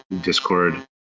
Discord